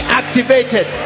activated